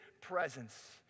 presence